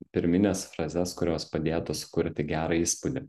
pirmines frazes kurios padėtų sukurti gerą įspūdį